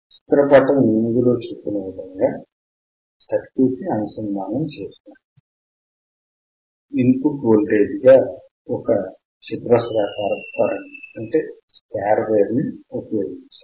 చిత్రపటం 8 లో చూపిన విధంగా సర్క్యూట్ ని అనుసంధానము చేశాము ఇన్ పుట్ వోల్టేజ్ గా ఒక చతురస్రాకారపు తరంగము ఉపయోగించాము